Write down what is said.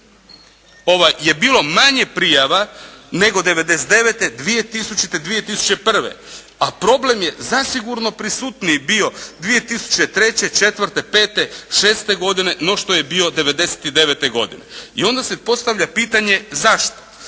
je bilo manje prijava nego 99., 2000. i 2001. a problem je zasigurno prisutniji bio 2003., 2004., 2005., 2006. no što je bio 99. godine. I onda se postavlja pitanje zašto.